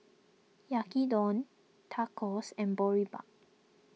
Yaki don Tacos and Boribap